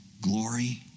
glory